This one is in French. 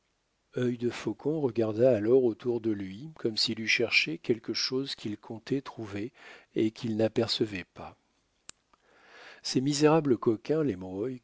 limpide œil de faucon regarda alors autour de lui comme s'il eût cherché quelque chose qu'il comptait trouver et qu'il n'apercevait pas ces misérables coquins les